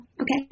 Okay